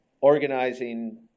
organizing